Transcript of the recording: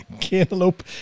Cantaloupe